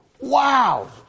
wow